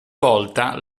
volta